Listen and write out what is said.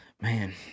Man